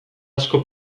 asko